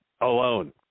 alone